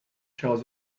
charles